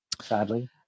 sadly